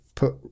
put